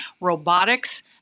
robotics